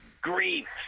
grief